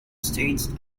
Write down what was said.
states